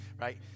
right